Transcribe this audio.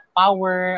power